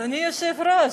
אדוני היושב-ראש,